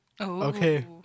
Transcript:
Okay